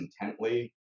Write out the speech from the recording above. intently